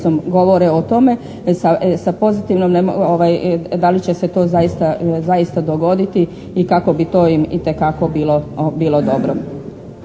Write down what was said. pozitivnom, da li će se to zaista dogoditi i kako bi to itekako bilo dobro.